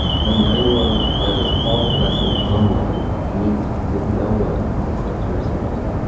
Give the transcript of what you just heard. my nine year old now does all his lessons online. he meets with no one except through a screen.